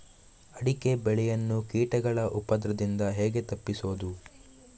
ಅಡಿಕೆ ಬೆಳೆಯನ್ನು ಕೀಟಗಳ ಉಪದ್ರದಿಂದ ಹೇಗೆ ತಪ್ಪಿಸೋದು?